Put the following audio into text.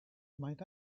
might